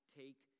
take